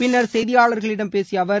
பின்னர் செய்தியாளர்களிடம் பேசிய அவர்